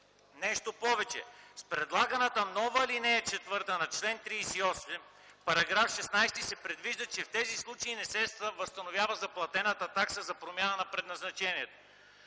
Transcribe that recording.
Нещо повече, с предлаганата нова ал. 4 на чл. 38, в § 16 се предвижда, че в тези случаи не се възстановява заплатената такса за промяна на предназначението.